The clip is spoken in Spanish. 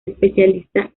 especialista